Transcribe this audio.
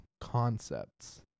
concepts